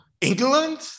England